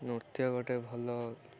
ନୃତ୍ୟ ଗୋଟେ ଭଲ